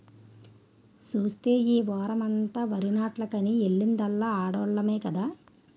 సూస్తే ఈ వోరమంతా వరినాట్లకని ఎల్లిందల్లా ఆడోల్లమే కదా